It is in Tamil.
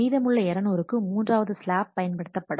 மீதமுள்ள 200 க்கு மூன்றாவது ஸ்லாப் பயன்படுத்தப்படும்